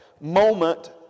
moment